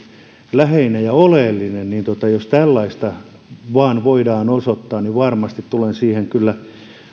läheinen ja oleellinen että jos tällaista vain voidaan osoittaa varmasti tulen siihen kyllä